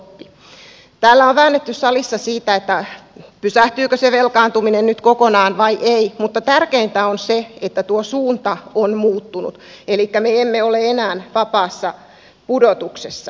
täällä salissa on väännetty siitä pysähtyykö velkaantuminen nyt kokonaan vai ei mutta tärkeintä on se että tuo suunta on muuttunut elikkä me emme ole enää vapaassa pudotuksessa